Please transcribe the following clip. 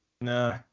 No